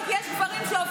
ממש לא.